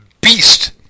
beast